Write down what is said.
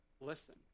Listen